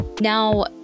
now